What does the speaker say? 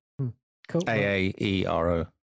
A-A-E-R-O